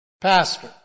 Pastor